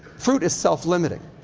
fruit is self-limiting.